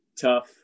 tough